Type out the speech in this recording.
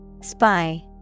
Spy